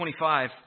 25